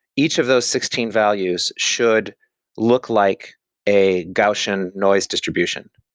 each of those sixteen values should look like a gaussian noise distribution.